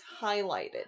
highlighted